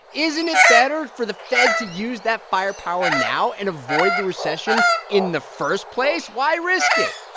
isn't it better for the fed to use that firepower now and avoid the recession in the first place? why risk it?